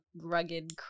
rugged